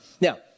Now